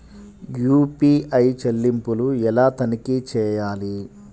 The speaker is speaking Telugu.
యూ.పీ.ఐ చెల్లింపులు ఎలా తనిఖీ చేయాలి?